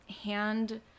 hand